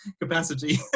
capacity